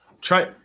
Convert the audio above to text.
try